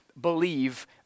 believe